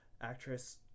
actress